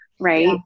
Right